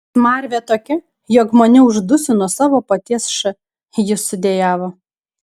smarvė tokia jog maniau uždusiu nuo savo paties š jis sudejavo